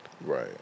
Right